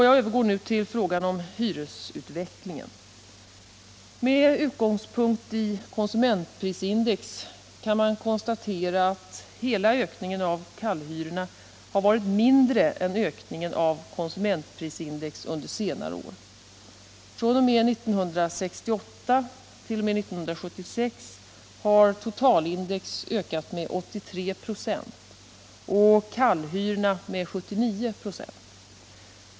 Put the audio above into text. Jag övergår nu till frågan om hyresutvecklingen. Med utgångspunkt i konsumentprisindex kan man konstatera att hela ökningen av kallhyrorna har varit mindre än ökningen av konsumentprisindex under senare år. fr.o.m. år 1968 t.o.m. år 1976 har totalindex ökat med 83 926 och kallhyror med 79 96.